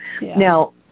Now